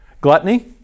Gluttony